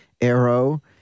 Arrow